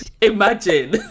imagine